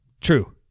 True